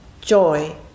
joy